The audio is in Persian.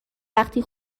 وقتی